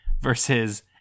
versus